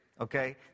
okay